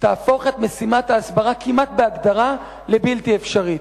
תהפוך את משימת ההסברה כמעט בהגדרה לבלתי אפשרית,